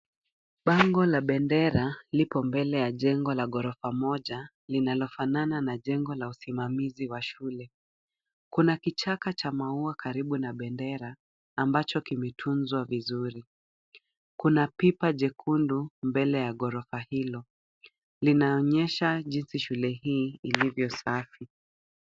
Bango la bendera liko mbele ya jengo la ghorofa moja, linalofanana na jengo la usimamizi wa shule. Kuna kichaka cha maua karibu na bendera, ambacho kimetunzwa vizuri. kuna pipa jekundu mbele ya ghorofa hilo, linaonyesha jinsi shule hii ilivyo safi.